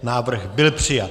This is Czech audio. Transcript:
Návrh byl přijat.